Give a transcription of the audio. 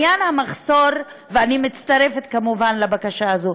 אני מצטרפת, כמובן, לבקשה הזאת.